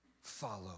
Follow